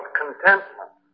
contentment